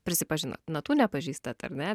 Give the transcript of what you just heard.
prisipažinot natų nepažįstat ar ne